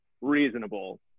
reasonable